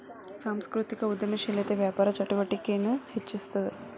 ಸಾಂಸ್ಕೃತಿಕ ಉದ್ಯಮಶೇಲತೆ ವ್ಯಾಪಾರ ಚಟುವಟಿಕೆನ ಹೆಚ್ಚಿಸ್ತದ